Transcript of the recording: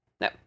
no